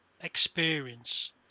experience